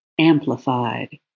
amplified